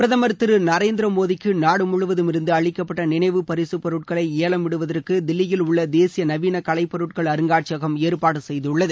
பிரதமர் திரு நரேந்திர மோடிக்கு நாடு முழுவதும் இருந்து அளிக்கப்பட்ட நினைவு பரிசுப் பொருட்களை ஏலம் விடுவதற்கு தில்லியில் உள்ள தேசிய நவீன கலைப் பொருட்கள் அருங்காட்சியகம் ஏற்பாடு செய்துள்ளது